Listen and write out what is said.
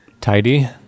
Tidy